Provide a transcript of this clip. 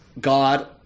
God